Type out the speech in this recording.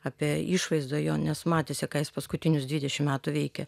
apie išvaizdą jo nes matėsi ką jis paskutinius dvidešim metų veikė